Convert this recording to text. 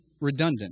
redundant